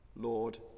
Lord